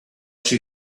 she